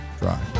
dry